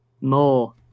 More